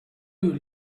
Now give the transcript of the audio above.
you